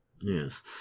Yes